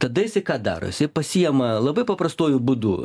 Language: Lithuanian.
tada jisai ką daro jisai pasiema labai paprastuoju būdu